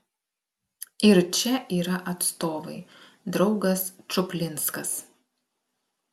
ir čia yra atstovai draugas čuplinskas